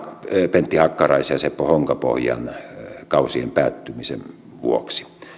pentti hakkaraisen ja seppo honkapohjan kausien päättymisen vuoksi